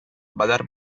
badar